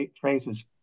phrases